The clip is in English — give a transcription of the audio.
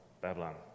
Babylon